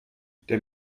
der